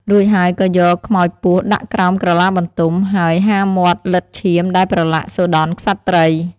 រួចហើយក៏យកខ្មោចពស់ដាក់ក្រោមក្រឡាបន្ទំ ហើយហាមាត់លិទ្ធឈាមដែលប្រលាក់សុដន់ក្សត្រី។